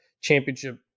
championship